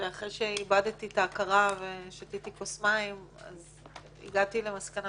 ואחרי שאיבדתי את ההכרה ושתיתי כוס מים הגעתי למסקנה